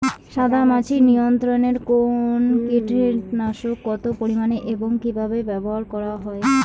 সাদামাছি নিয়ন্ত্রণে কোন কীটনাশক কত পরিমাণে এবং কীভাবে ব্যবহার করা হয়?